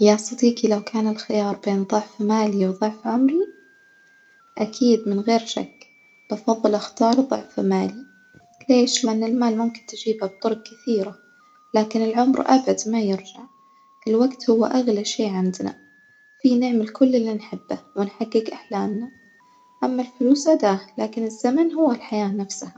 يا صديقي لو كان الخيار بين ضعف مالي وضعف عمري, أكيد من غير شك بفضل أختار ضعف مالي, ليش؟ لإن المال ممكن تجيبه بطرق كثيرة, لكن العمر أبد ما يرجع ,الوجت هو أغلى شي عندنا فيه نعمل كل النحبه ونحجج أحلامنا، أما الفلوس أداة لكن الزمن هو الحياة نفسها.